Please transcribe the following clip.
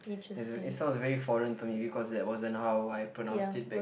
is it sounds very foreign to me because that wasn't how I pronounced it back